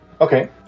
Okay